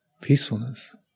peacefulness